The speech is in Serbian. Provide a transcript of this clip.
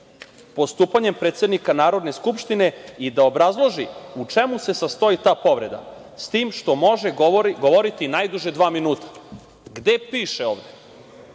postupanjem predsednika Narodne skupštine i da obrazloži u čemu se sastoji ta povreda, s tim što može govoriti najduže dva minuta“. Gde piše ovde